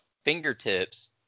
fingertips